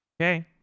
Okay